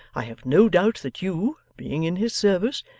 i have no doubt that you, being in his service,